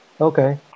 Okay